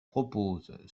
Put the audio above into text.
propose